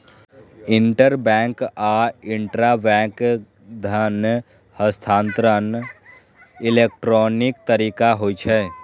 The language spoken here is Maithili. इंटरबैंक आ इंटराबैंक धन हस्तांतरण इलेक्ट्रॉनिक तरीका होइ छै